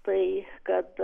tai kad